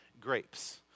grapes